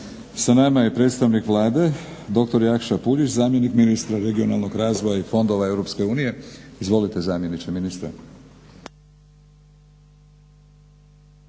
Sa nama je predstavnik Vlade doktor Jakša Puljiz zamjenik ministra regionalnog razvoja i fondova EU. Izvolite zamjeniče ministra.